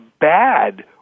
bad